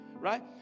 right